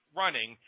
running